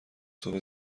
صبح